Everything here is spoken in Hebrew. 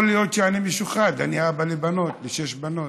יכול להיות שאני משוחד, אני אבא לשש בנות.